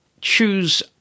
choose